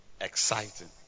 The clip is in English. Exciting